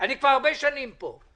אני כבר הרבה שנים פה.